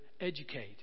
educate